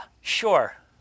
sure